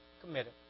committed